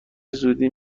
زودی